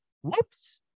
whoops